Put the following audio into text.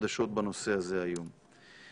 חדשות בנושא הזה היום.